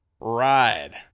ride